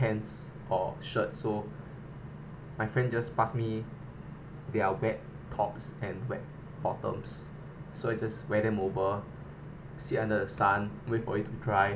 pants or shirt so my friend just pass me their wet tops and wet bottoms so I just wear them over sit under the sun wait for it to dry